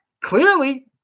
clearly